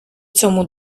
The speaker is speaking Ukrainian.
цьому